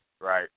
right